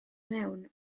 mewn